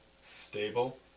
Stable